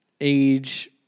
age